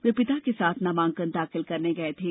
वे पिता के साथ नामांकन दाखिल करने गये थे